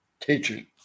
teaching